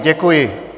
Děkuji.